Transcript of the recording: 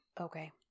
Okay